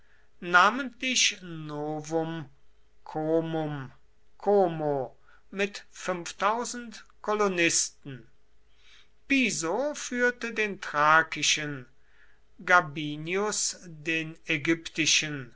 namentlich novum comum como mit fünftausend kolonisten piso führte den thrakischen gabinius den ägyptischen